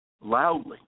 loudly